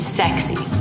sexy